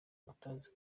atazi